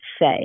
say